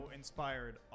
inspired